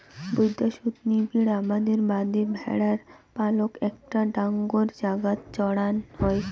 বৈদ্যাশত নিবিড় আবাদের বাদে ভ্যাড়ার পালক একটা ডাঙর জাগাত চড়ান হই